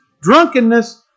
drunkenness